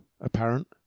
apparent